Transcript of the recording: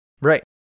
Right